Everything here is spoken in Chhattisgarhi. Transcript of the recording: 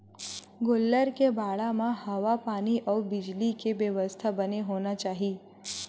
गोल्लर के बाड़ा म हवा पानी अउ बिजली के बेवस्था बने होना चाही